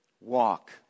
Walk